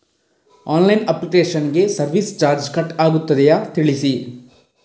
Online application ಗೆ service charge cut ಆಗುತ್ತದೆಯಾ ತಿಳಿಸಿ?